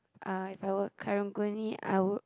ah if I were Karang-Guni I would